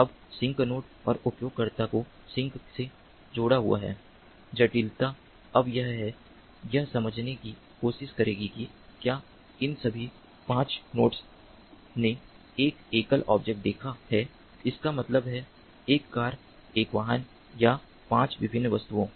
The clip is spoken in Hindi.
अब सिंक नोड और उपयोगकर्ता जो सिंक से जुड़ा हुआ है जटिलता अब यह है यह समझने की कोशिश करेगी कि क्या इन सभी 5 नोड्स ने एक एकल ऑब्जेक्ट देखा है इसका मतलब है एक कार एक वाहन या 5 विभिन्न वस्तुओं